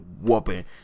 whooping